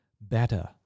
better